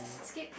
skip